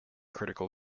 critical